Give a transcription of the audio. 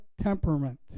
temperament